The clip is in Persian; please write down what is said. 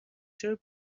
چرا